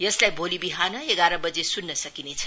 यसलाई भोलि विहान एघार बजे सुन्न सकिनेछ